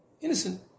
innocent